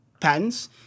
patents